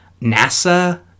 NASA